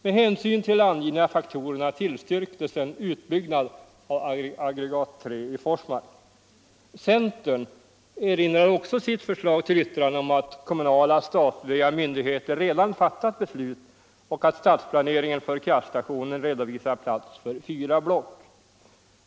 Med hänsyn till de angivna faktorerna tillstyrktes en utbyggnad av aggregat III i Forsmark. Centern erinrade också i sitt förslag till yttrande om att kommunala och statliga myndigheter redan fattat beslut och att stadsplaneringen för kraftstationen redovisar plats för fyra block.